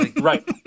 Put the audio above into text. Right